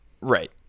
right